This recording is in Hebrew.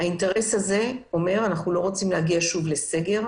האינטרס הזה אומר שאנחנו לא רוצים להגיע שוב לסגר,